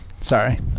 sorry